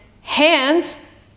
hands